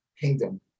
kingdom